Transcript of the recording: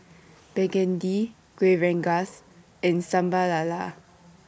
Begedil Kueh Rengas and Sambal Lala